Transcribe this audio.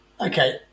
Okay